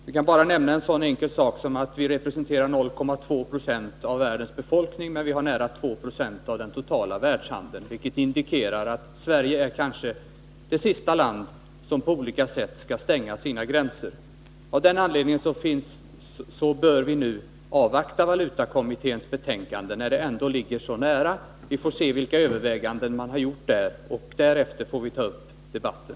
Vi kan bara nämna en sådan sak som att vi representerar 0,2 90 av världens befolkning men har nära 2 20 av den totala världshandeln, vilket indikerar att Sverige kanske är det sista land som på olika sätt skall stänga sina gränser. Av den anledningen bör vi nu avvakta valutakommitténs betänkande, när det ändå ligger så nära. Vi får se vilka överväganden man har gjort där, och därefter får vi ta upp debatten.